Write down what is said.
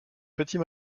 petit